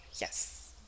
yes